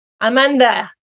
Amanda